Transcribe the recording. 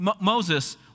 Moses